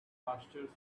pastures